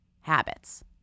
habits